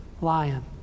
lion